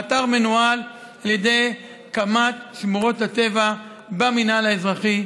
האתר מנוהל על ידי קמ"ט שמורות הטבע במינהל האזרחי.